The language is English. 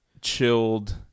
chilled